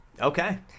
Okay